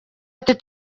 ati